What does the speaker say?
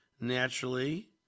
Naturally